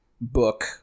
book